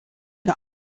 der